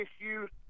issues